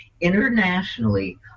internationally